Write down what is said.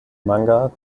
manga